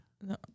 No